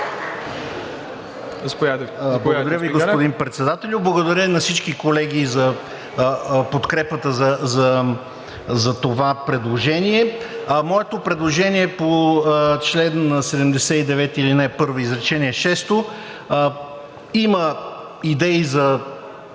Благодаря Ви, господин Председател. Благодаря и на всички колеги за подкрепата за това предложение. Моето предложение е по чл. 79, ал. 1, изречение 6. Има идеи за